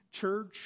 church